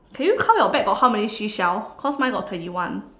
can you count your bag got how many seashells cause mine got twenty one